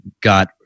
got